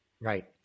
right